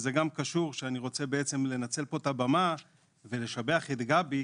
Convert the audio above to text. וזה גם קשור: אני רוצה לנצל פה את הבמה ולשבח את גבי,